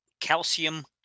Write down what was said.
calcium